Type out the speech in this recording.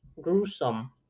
gruesome